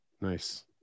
Nice